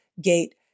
gate